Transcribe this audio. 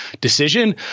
decision